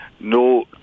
No